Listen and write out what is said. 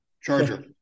Charger